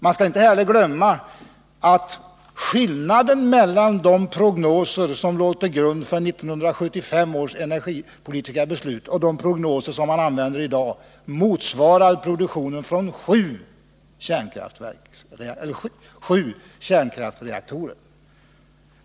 Man skall inte heller glömma att skillnaden mellan de prognoser som låg till grund för 1975 års energipolitiska beslut och de prognoser som man använder i dag motsvarar produktionen från sju kärnkraftsreaktorer.